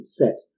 set